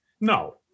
No